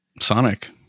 Sonic